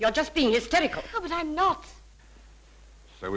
you're just being hysterical but i'm not